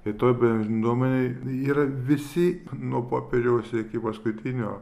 tai toj bendruomenėj yra visi nuo popiežiaus iki paskutinio